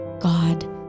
God